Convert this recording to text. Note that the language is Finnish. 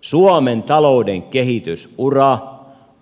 suomen talouden kehitysura